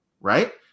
right